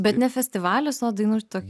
bet ne festivalis o dainų tokia